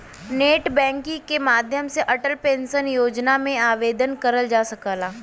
net banking के माध्यम से अटल पेंशन योजना में आवेदन करल जा सकला